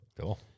cool